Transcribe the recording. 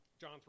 John